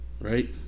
right